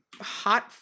hot